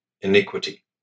iniquity